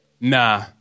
Nah